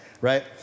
right